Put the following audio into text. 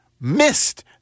missed